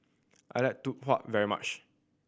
I like Tau Huay very much